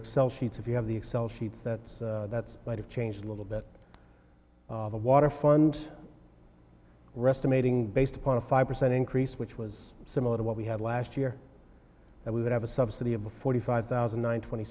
sheets if you have the excel sheets that's that's might have changed a little bit the water fund rest a meeting based upon a five percent increase which was similar to what we had last year that we would have a subsidy of a forty five thousand nine twenty